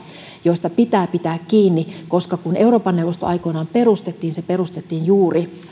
joista pitää pitää kiinni koska kun euroopan neuvosto aikoinaan perustettiin se perustettiin juuri